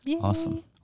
awesome